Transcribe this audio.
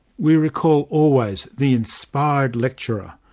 we recall always the inspired lecturer,